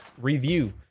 review